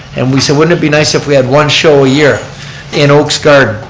and we said wouldn't it be nice if we had one show a year in oakes garden.